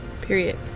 period